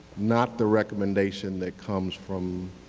not the recommendation that comes from